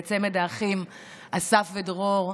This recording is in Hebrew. צמד האחים אסף ודרור,